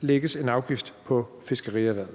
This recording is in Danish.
lægges en afgift på fiskerierhvervet.